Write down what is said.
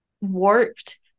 warped